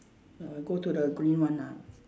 err go to the green one ah